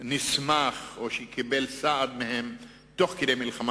נסמך או שקיבל סעד מהם תוך כדי מלחמה